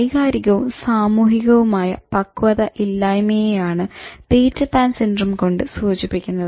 വൈകാരികവും സാമൂഹികവുമായ പക്വത ഇല്ലായ്മയെ ആണ് "പീറ്റർ പാൻ സിൻഡ്രം" കൊണ്ട് സൂചിപ്പിക്കുന്നത്